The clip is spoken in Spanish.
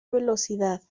velocidad